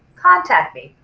contact me.